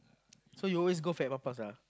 so you always go Fat-Papas lah